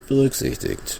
berücksichtigt